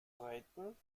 reiten